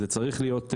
זה צריך להיות,